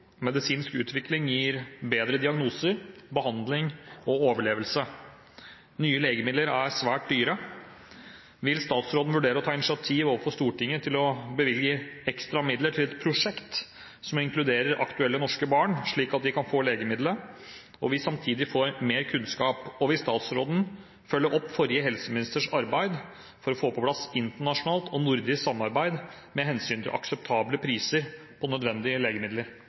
overlevelse. Nye legemidler er svært dyre. Vil statsråden vurdere å ta initiativ overfor Stortinget til å bevilge ekstra midler til et prosjekt som inkluderer aktuelle norske barn, slik at de kan få legemidlet og vi samtidig får mer kunnskap, og vil statsråden følge opp forrige helseministers arbeid for å få på plass internasjonalt og nordisk samarbeid med hensyn til akseptable priser på nødvendige legemidler?»